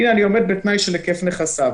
והנה אני עומד בתנאי של היקף נכסיו.,